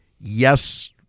yes